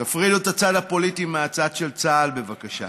תפרידו את הצד הפוליטי מהצד של צה"ל, בבקשה.